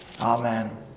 Amen